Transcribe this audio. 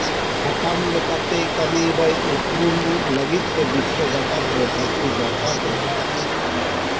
ᱢᱤᱫᱴᱟᱝ ᱥᱟᱛᱟᱢ ᱞᱮᱠᱟᱛᱮᱭ ᱠᱟᱹᱢᱤᱭᱮᱫᱟᱭ ᱩᱯᱨᱩᱢᱩᱜ ᱞᱟᱹᱜᱤᱫ ᱛᱮ ᱵᱤᱥᱥᱚ ᱡᱟᱠᱟᱛ ᱨᱮ ᱫᱷᱟᱹᱨᱛᱤ ᱡᱟᱠᱟᱛ ᱨᱮ